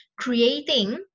creating